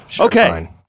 Okay